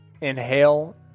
inhale